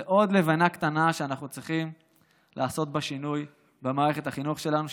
זה עוד לבנה קטנה שאנחנו צריכים לעשות בשינוי במערכת החינוך שלנו,